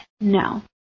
No